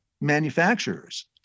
manufacturers